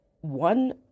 one